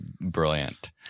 brilliant